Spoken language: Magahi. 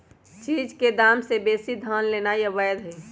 चीज के दाम से बेशी धन लेनाइ अवैध हई